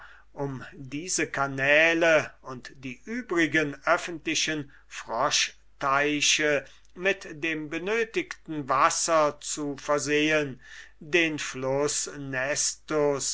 um diese canäle und die übrigen öffentlichen froschteiche mit dem benötigten wasser zu versehen den fluß